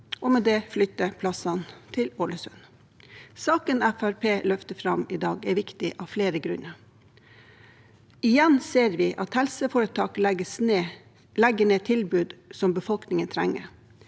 og med det flytte plassene til Ålesund. Saken Fremskrittspartiet løfter fram i dag, er viktig av flere grunner. Igjen ser vi at et helseforetak legger ned et tilbud som befolkningen trenger.